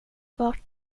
vart